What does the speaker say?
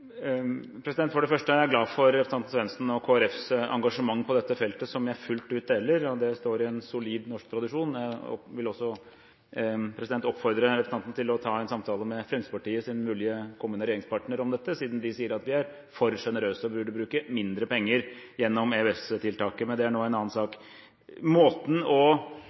For det første er jeg glad for representanten Svendsens og Kristelig Folkepartis engasjement på dette feltet, som jeg fullt ut deler, og det står i en solid norsk tradisjon. Jeg vil også oppfordre representanten til å ta en samtale med Fremskrittspartiet, Kristelig Folkepartis mulig kommende regjeringspartner, om dette, siden de sier at vi er for generøse og burde bruke mindre penger gjennom EØS-tiltak. Men det er nå en annen sak. Vi forsøker hele tiden å